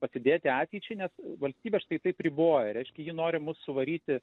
pasidėti ateičiai nes valstybė štai taip riboja reiškia ji nori mus suvaryti